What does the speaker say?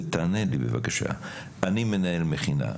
ותענה לי, בבקשה: אני מנהל מכינה.